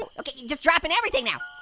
okay just dropping everything now.